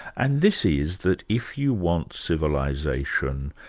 and this is that if you want civilisation,